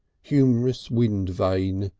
humorous wind vane.